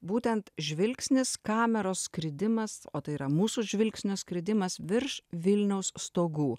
būtent žvilgsnis kameros skridimas o tai yra mūsų žvilgsnio skridimas virš vilniaus stogų